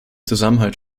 zusammenhalt